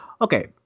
Okay